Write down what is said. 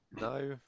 No